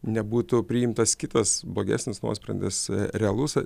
nebūtų priimtas kitas blogesnis nuosprendis realus